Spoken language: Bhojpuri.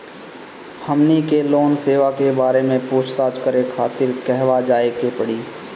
हमनी के लोन सेबा के बारे में पूछताछ करे खातिर कहवा जाए के पड़ी?